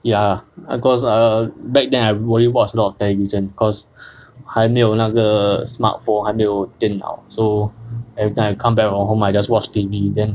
ya err cause err back then I really watch a lot of television cause 还没有那个 smartphone 还没有电脑 so every time I come back home I just watch T_V then